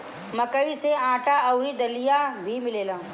मकई से आटा अउरी दलिया भी बनेला